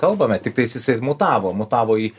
kalbame tiktais jisai mutavo mutavo į